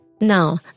Now